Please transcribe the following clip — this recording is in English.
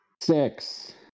Six